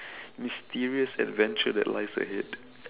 mysterious adventure that lies ahead